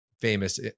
famous